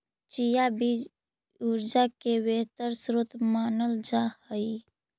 chia बीज ऊर्जा के बेहतर स्रोत मानल जा हई